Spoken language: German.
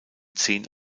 zehn